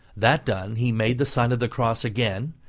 that done, he made the sign of the cross again,